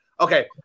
okay